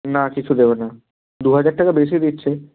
না কিছু দেবে না দু হাজার টাকা বেশি দিচ্ছে